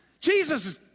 Jesus